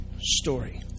story